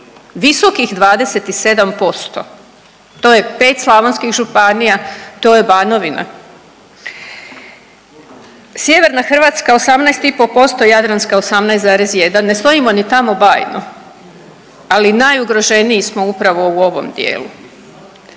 visokih 27%. To je 5 slavonskih županija, to je Banovina. Sjeverna Hrvatska 18 i pol posto, jadranska 18,1. Ne stojimo ni tamo bajno ali najugroženiji smo upravo u ovom dijelu.